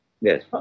yes